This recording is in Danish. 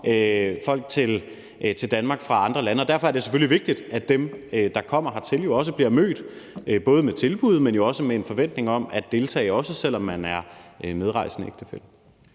folk til Danmark fra andre lande, og derfor er det selvfølgelig vigtigt, at dem, der kommer hertil, også bliver mødt både med tilbud, men også med en forventning om at deltage, også selv om man er en medrejsende ægtefælle.